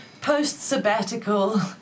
post-sabbatical